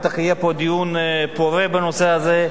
בטח יהיה פה דיון פורה בנושא הזה.